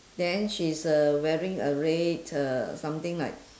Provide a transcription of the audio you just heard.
then she's uh wearing a red uh something like